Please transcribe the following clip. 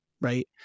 right